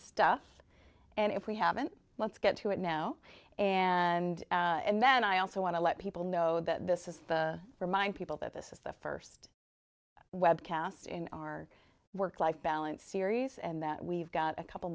stuff and if we haven't let's get to it now and then i also want to let people know that this is the remind people that this is the first webcast in our work life balance series and that we've got a couple